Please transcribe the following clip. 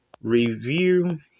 review